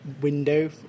window